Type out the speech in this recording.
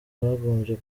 bagombye